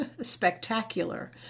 spectacular